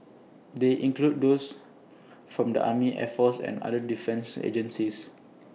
they include those from the army air force and other defence agencies